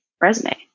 resume